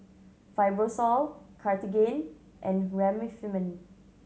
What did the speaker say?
Fibrosol Cartigain and Remifemin